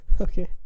Okay